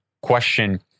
question